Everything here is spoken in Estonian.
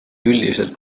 üldiselt